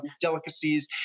delicacies